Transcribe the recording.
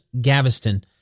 Gaveston